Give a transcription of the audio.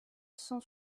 cent